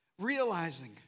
realizing